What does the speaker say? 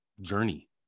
journey